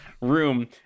room